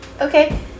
Okay